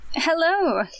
Hello